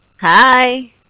Hi